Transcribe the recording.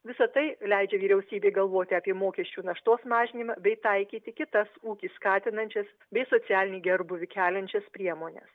visa tai leidžia vyriausybei galvoti apie mokesčių naštos mažinimą bei taikyti kitas ūkį skatinančias bei socialinį gerbūvį keliančias priemones